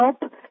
help